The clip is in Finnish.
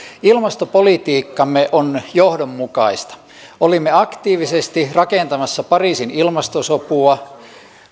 ilmastopolitiikkamme on johdonmukaista olimme aktiivisesti rakentamassa pariisin ilmastosopua